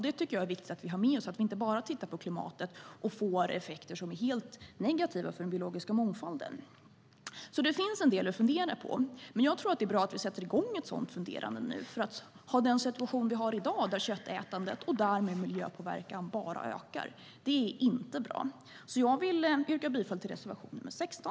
Det är vikigt att vi har med oss och att vi inte bara tittar på klimatet och får effekter som är helt negativa för den biologiska mångfalden. Det finns en del att fundera på. Jag tror att det är bra att vi nu sätter i gång ett sådant funderande. Att ha den situation vi har i dag där köttätandet och miljöpåverkan bara ökar är inte bra. Jag yrkar bifall till reservation nr 16.